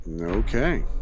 Okay